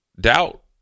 Doubt